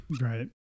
Right